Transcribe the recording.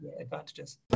advantages